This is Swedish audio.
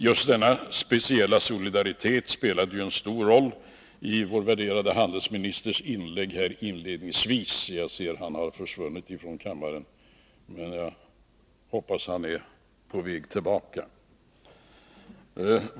Just denna speciella solidaritet spelade ju en stor roll i vår värderade handelsministers inlägg här inledningsvis — jag ser att han har försvunnit från kammaren men jag hoppas att han är på väg tillbaka.